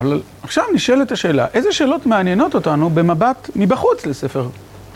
אבל עכשיו נשאל את השאלה, איזה שאלות מעניינות אותנו במבט מבחוץ לספר?